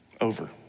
over